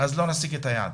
אז לא נשיג את היעד.